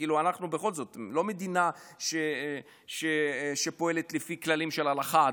אנחנו בכל זאת עדיין לא מדינה שפועלת לפי כללים של הלכה.